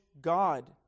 God